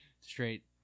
straight